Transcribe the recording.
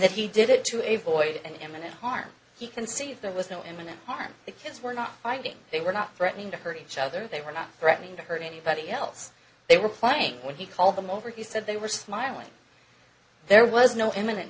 that he did it to a void and imminent harm he can see if there was no imminent harm the kids were not fighting they were not threatening to hurt each other they were not threatening to hurt anybody else they were flying when he called them over he said they were smiling there was no imminent